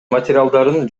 материалдарын